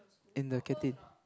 in the canteen